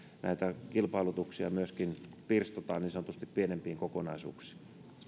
näitä kilpailutuksia myöskin pirstotaan niin sanotusti pienempiin kokonaisuuksiin